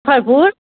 Muzaffarpur